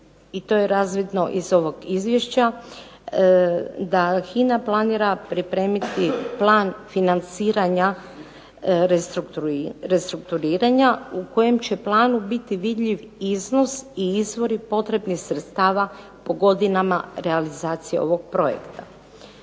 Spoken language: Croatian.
i to je razvidno iz ovog izvješća, da HINA planira pripremiti plan financiranja restrukturiranja u kojem će planu biti vidljiv iznos i izvori potrebnih sredstava po godinama realizacije ovog projekta.